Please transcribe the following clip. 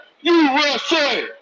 USA